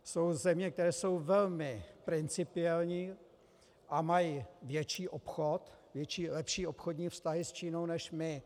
Jsou země, které jsou velmi principiální, a mají větší obchod, lepší obchodní vztahy s Čínou než my.